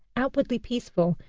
outwardly peaceful,